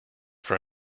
from